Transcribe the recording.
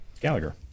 Gallagher